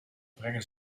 brengen